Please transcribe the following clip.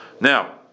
Now